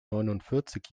neunundvierzig